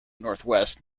northwest